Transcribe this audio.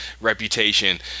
reputation